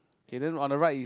K then on the right is